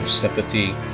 sympathy